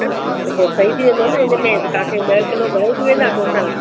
हा न त पोइ सही थी वेंदो न हिन में बि तव्हांखे ॾह किलो घणेई थी वेंदा टोटल